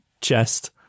chest